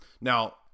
Now